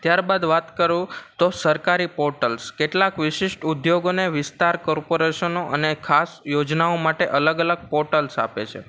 ત્યારબાદ વાત કરું તો સરકારી પોર્ટલસ કેટલાક વિશિષ્ટ ઉદ્યોગોને વિસ્તાર કોર્પોરેશનો અને ખાસ યોજનાઓ માટે અલગ અલગ પોર્ટલ્સ આપે છે